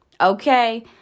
okay